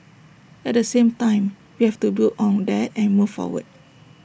at the same time we have to build on that and move forward